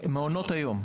מעונות היום.